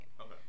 Okay